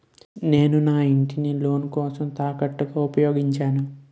నేను నా ఇంటిని లోన్ కోసం తాకట్టుగా ఉపయోగించాను